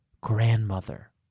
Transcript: grandmother